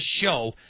show